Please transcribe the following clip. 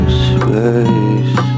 space